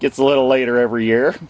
gets a little later every year